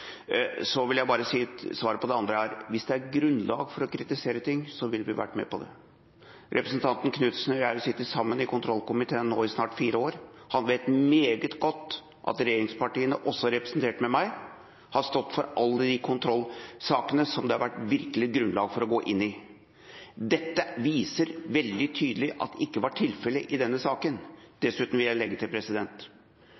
Svaret på det andre er: Hvis det er grunnlag for å kritisere ting, ville vi vært med på det. Representanten Knudsen og jeg har sittet sammen i kontrollkomiteen i snart fire år. Han vet meget godt at regjeringspartiene, også representert ved meg, har stått for alle de kontrollsakene som det virkelig har vært grunnlag for å gå inn i. Det vises veldig tydelig at dette ikke var tilfellet i denne saken.